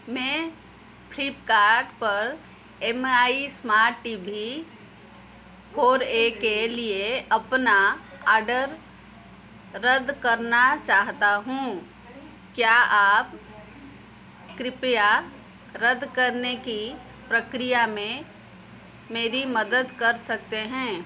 मैं फ्लिपकार्ट पर M I smart T V four A के लिए अपना ऑर्डर रद्द करना चाहता हूँ क्या आप कृपया रद्द करने की प्रक्रिया में मेरी मदद कर सकते हैं